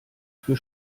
für